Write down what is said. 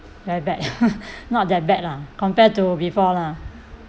very bad not that bad lah compared to before lah